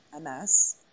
MS